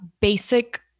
Basic